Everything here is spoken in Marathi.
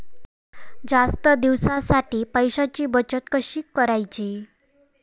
जास्त दिवसांसाठी पैशांची बचत कशी करायची?